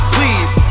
Please